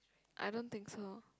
I don't think so